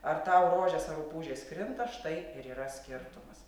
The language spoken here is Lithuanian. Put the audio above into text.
ar tau rožės ar rupūžės krinta štai ir yra skirtumas